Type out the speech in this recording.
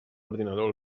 ordinador